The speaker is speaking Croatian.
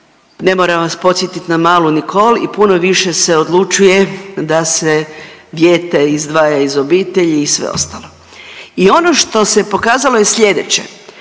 ne moram vas podsjetiti na malu Nikol i puno više se odlučuje da se dijete izdvaja iz obitelji i sve ostalo. I ono što se pokazalo je sljedeće,